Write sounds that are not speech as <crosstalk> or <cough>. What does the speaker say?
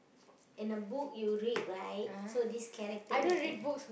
in a book you read right so this character which one <noise>